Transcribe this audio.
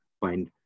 find